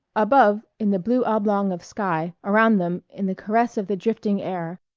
above in the blue oblong of sky, around them in the caress of the drifting air,